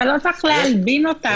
אבל לא צריך להלבין אותם.